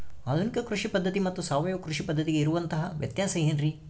ಆಧುನಿಕ ಕೃಷಿ ಪದ್ಧತಿ ಮತ್ತು ಸಾವಯವ ಕೃಷಿ ಪದ್ಧತಿಗೆ ಇರುವಂತಂಹ ವ್ಯತ್ಯಾಸ ಏನ್ರಿ?